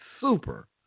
super